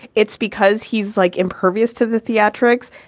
it's because he's like impervious to the theatrics.